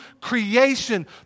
creation